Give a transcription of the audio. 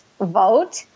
vote